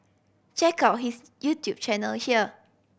check out his YouTube channel here